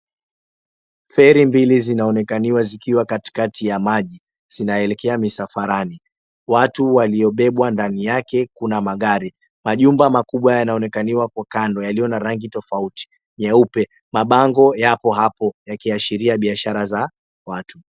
Feri mbili zinaonekaniwa zikiwa katikati ya maji. Zinaelekea misafarani. Watu waliobebwa ndani yake kuna magari. Majumba makubwa yanaonekaniwa kwa kando yaliyo na rangi tofauti, nyeupe. Mabango yapo hapo yakiashiria biashara za watu.